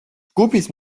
ჯგუფის